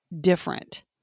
different